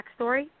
backstory